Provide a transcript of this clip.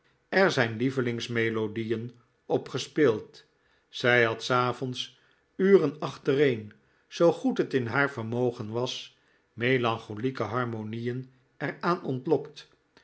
er zijn lievelingsmelodieen op gespeeld zij had savonds uren achtereen zoo goed het in haar vermogen was melancholieke harmonieen er aan ontlokt